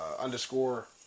underscore